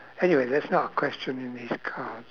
anyway that's not a question in these cards